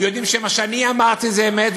יודעים שמה שאני אמרתי זה אמת,